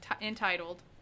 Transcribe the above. entitled